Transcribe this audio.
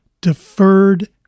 deferred